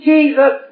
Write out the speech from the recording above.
Jesus